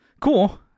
cool